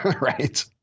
right